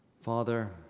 Father